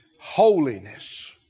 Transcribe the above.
Holiness